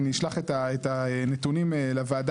אני אשלח את הנתונים לוועדה,